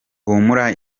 humura